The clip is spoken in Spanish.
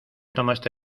tomaste